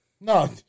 No